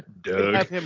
Doug